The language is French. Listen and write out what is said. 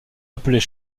appelées